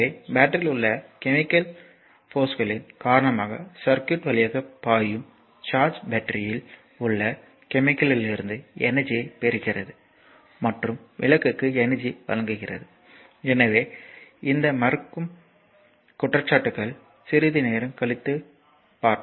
எனவே பேட்டரியில் உள்ள கெமிக்கல் போர்ஸ்களின் காரணமாக சர்க்யூட் வழியாக பாயும் சார்ஜ் பேட்டரியில் உள்ள செமிகேல்யிலிருந்து எனர்ஜியைப் பெறுகிறது மற்றும் விளக்குக்கு எனர்ஜியை வழங்குகிறது எனவே இந்த மறுக்கும் குற்றச்சாட்டுகள் நான் சிறிது நேரம் கழித்து வருவேன்